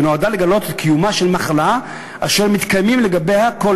ונועדה לגלות את קיומה של מחלה אשר מתקיימים לגביה כל